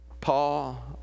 Paul